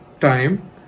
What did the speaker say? time